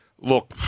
Look